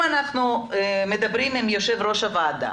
אני אדבר עם יושב-ראש הוועדה